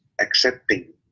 accepting